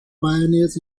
pioneers